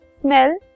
smell